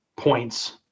points